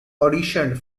auditioned